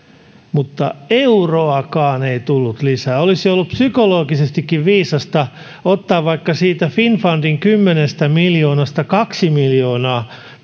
niin euroakaan ei tullut lisää olisi ollut psykologisestikin viisasta ottaa vaikka siitä finnfundin kymmenestä miljoonasta kaksi miljoonaa